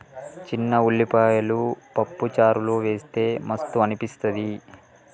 చిన్న ఉల్లిపాయలు పప్పు చారులో వేస్తె మస్తు అనిపిస్తది